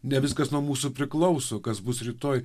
ne viskas nuo mūsų priklauso kas bus rytoj